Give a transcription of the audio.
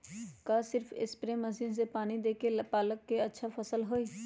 का सिर्फ spray machine से पानी देके पालक के अच्छा फसल होई?